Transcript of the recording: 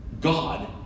God